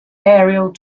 aerial